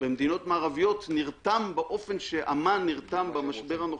במדינות מערביות נרתם באופן שאמ"ן נרתם במשבר הנוכחי.